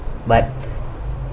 but